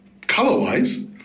color-wise